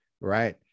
right